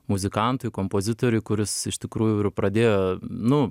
muzikantui kompozitoriui kuris iš tikrųjų ir pradėjo nu